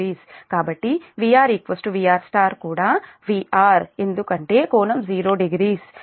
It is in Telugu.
కాబట్టి VR VR కూడా VR ఎందుకంటే కోణం 00